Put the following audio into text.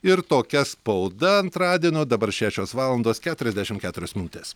ir tokia spauda antradienio dabar šešios valandos keturiasdešim keturios minutės